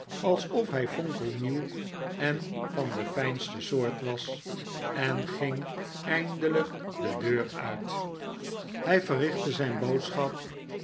alsof hij fonkelnieuw en van de fijnste soort was en ging eindelijk de deur uit nikola as nickleby hii verrichte zijn boodschap